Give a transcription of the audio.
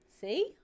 see